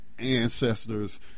ancestors